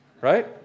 right